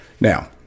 Now